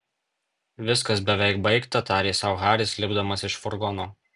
viskas beveik baigta tarė sau haris lipdamas iš furgono